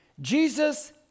Jesus